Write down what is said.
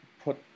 put